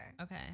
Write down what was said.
Okay